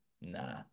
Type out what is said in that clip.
nah